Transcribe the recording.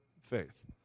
faith